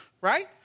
Right